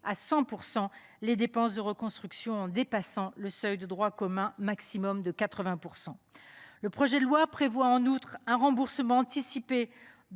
à 100 % les dépenses de reconstruction en dépassant le seuil maximal de droit commun de 80 %. Le projet de loi prévoit en outre un remboursement anticipé